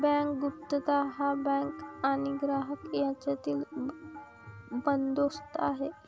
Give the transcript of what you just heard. bank गुप्तता हा bank आणि ग्राहक यांच्यातील बंदोबस्त आहे